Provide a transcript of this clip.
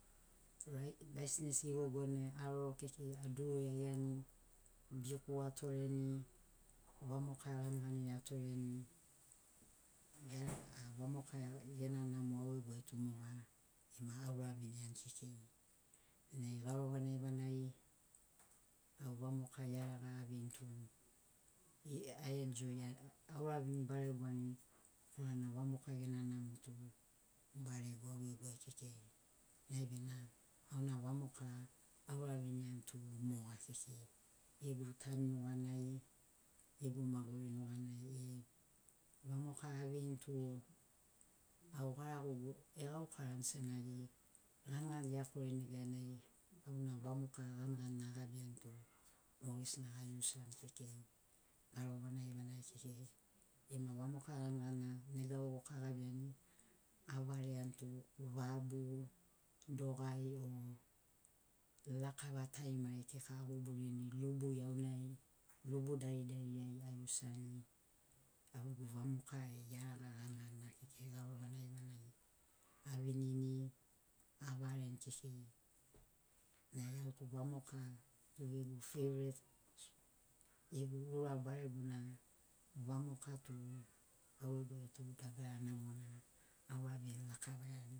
Raisins vegubunai aroro kekei aduru iagiani biku atoreni vamoka ganigani atoreni vamoka gena namo au gegu ai tu moga ema aura viniani kekei nai garo vanagi vanagi au vamoka iaraga aveini tu a enjoiani auravini baregoani korana vamoka gena namo tu barego au gegu ai kekei dainai bena auna vamoka auraviniani tu moga kekei gegu tanu nuganai gegu maguri nuganai vamoka aveini tu au garago egaukarani senagina ganigani eakorini neganai auna vamoka ganiganina agabiani tu mogesina a iusiani kekei garo vanagi vanagi kekei ema vamoka ganiganina nega vovoka agabiani avareani tu vabu dogae o lakava tarimari kika aguburuni lubu iaunai lubu daridarinai a iusiani au gegu vamoka iaraga ganiganina kekei garo vanagi vanagi avinini avareni kekei nai au gegu vamoka tu gegu feivret gegu ura baregona vamoka tu au gegu dagara namona auravini lakavaiani